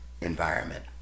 environment